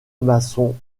masson